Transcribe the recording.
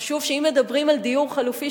חשוב שאם מדברים על דיור חלופי,